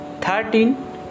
thirteen